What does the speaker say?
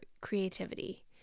creativity